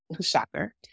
Shocker